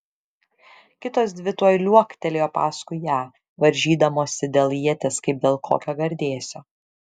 kitos dvi tuoj liuoktelėjo paskui ją varžydamosi dėl ieties kaip dėl kokio gardėsio